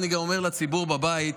אני גם אומר לציבור בבית,